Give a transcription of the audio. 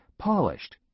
Polished